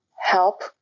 help